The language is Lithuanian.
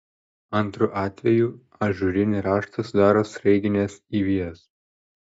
antru atvejų ažūrinį raštą sudaro sraiginės įvijos